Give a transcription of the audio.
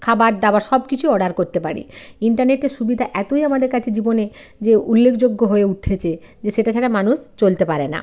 খাবার দাবার সব কিছু অর্ডার করতে পারি ইন্টারনেটের সুবিধা এতই আমাদের কাছে জীবনে যে উল্লেখযোগ্য হয়ে উঠেছে যে সেটা ছাড়া মানুষ চলতে পারে না